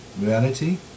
reality